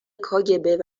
کاگب